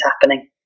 happening